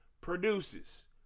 produces